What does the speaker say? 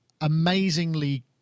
amazingly